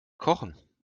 kochen